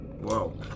Whoa